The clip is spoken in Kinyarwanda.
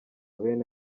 bene